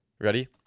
Ready